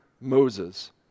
Moses